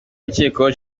ukekwaho